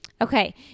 Okay